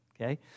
Okay